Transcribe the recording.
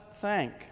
thank